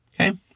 okay